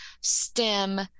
STEM